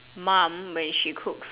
mum when she cooks A